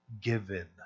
given